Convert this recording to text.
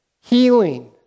healing